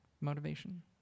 motivation